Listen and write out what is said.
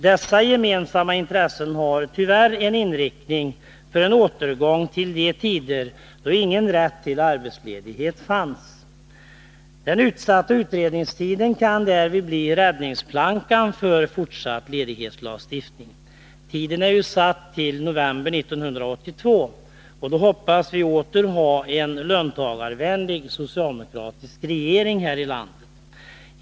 Dessa gemensamma intressen är tyvärr inriktade på en återgång till de tider då ingen rätt till arbetsledighet fanns. Dels kan den utsatta utredningstiden bli räddningsplankan för fortsatt ledighetslagstiftning. Tiden är ju satt till november 1982, och då hoppas vi åter ha en löntagarvänlig socialdemokratisk regering här i landet.